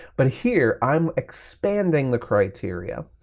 but here i'm expanding the criteria,